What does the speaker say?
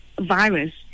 virus